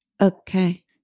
Okay